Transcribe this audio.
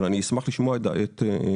אבל אני אשמח לשמוע את עמדתכם.